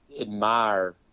admire